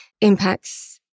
impacts